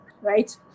right